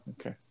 Okay